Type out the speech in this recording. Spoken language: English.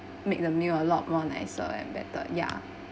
make the meal a lot more nicer and better ya